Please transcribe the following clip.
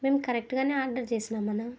మేము కరెక్ట్గానే ఆర్డర్ చేశామన్నా